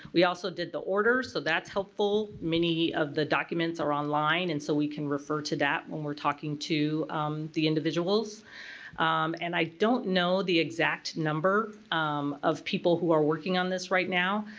we also did the order so that's helpful. many of the documents are online and so we can refer to that when we're talking to the individuals and i don't know the exact number um of people who are working on this right now,